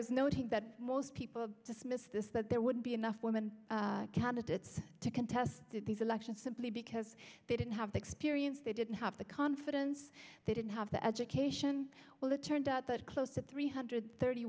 was noting that most people dismissed is that there would be enough women candidates to contest these elections simply because they didn't have the experience they didn't have the confidence they didn't have the education well it turned out that close to three hundred thirty